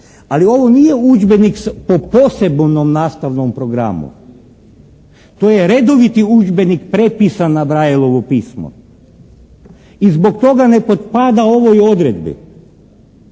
Ali ovo nije udžbenik po posebnom nastavnom programu. To je redovit udžbenik prepisan na Braillovom pismu i zbog toga ne potpada ovoj odredbi.